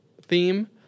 theme